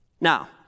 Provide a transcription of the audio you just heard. Now